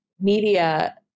media